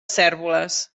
cérvoles